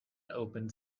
opened